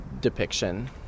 depiction